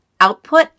output